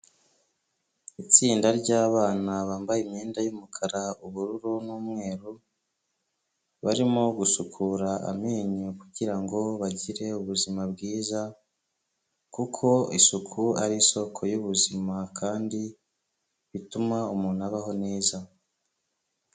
Itsinda ry'abana bambaye imyenda y'umukara, ubururu n'umweru, barimo gusukura amenyo kugirango bagire ubuzima bwiza kuko isuku ari isoko y'ubuzima kandi bituma umuntu abaho neza.